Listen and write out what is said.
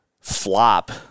flop